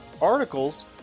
articles